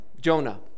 Jonah